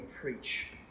preach